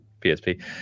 psp